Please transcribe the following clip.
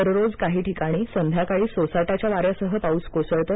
दररोज काही ठिकाणी संध्याकाळी सोसाट्याच्या वाऱ्यासह पाऊस कोसळतो